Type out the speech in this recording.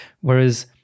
Whereas